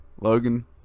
Logan